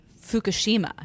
Fukushima